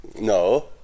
no